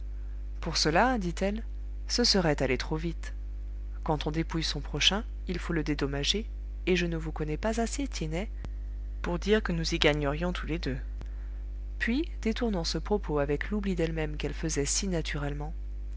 pour cela dit-elle ce serait aller trop vite quand on dépouille son prochain il faut le dédommager et je ne vous connais pas assez tiennet pour dire que nous y gagnerions tous les deux puis détournant ce propos avec l'oubli d'elle-même qu'elle faisait si naturellement